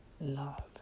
love